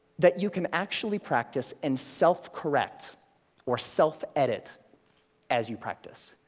that you can actually practice and self correct or self edit as you practice.